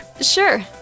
sure